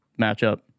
matchup